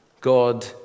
God